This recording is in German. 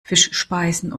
fischspeisen